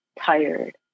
tired